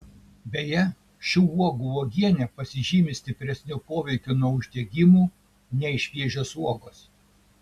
beje šių uogų uogienė pasižymi stipresniu poveikiu nuo uždegimų nei šviežios uogos